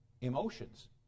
Emotions